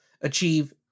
achieve